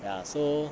ya so